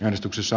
äänestyksessä